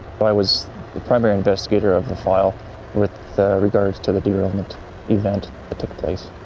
i was the primary investigator of the file with regards to the derailment event that took place.